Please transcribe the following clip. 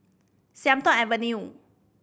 Sian Tuan Avenue